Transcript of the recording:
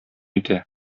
итә